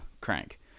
crank